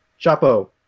Chapo